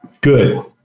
Good